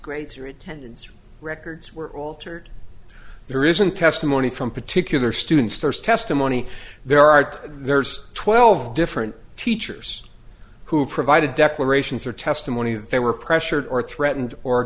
grades or attendance records were altered there isn't testimony from particular students there's testimony there are there's twelve different teachers who have provided declarations or testimony that they were pressured or threatened or